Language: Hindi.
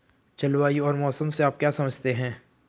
जलवायु और मौसम से आप क्या समझते हैं?